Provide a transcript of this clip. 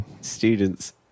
students